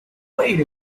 wait